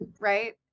right